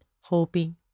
hoping